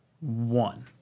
One